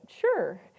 sure